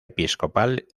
episcopal